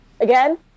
Again